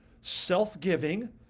self-giving